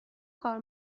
کار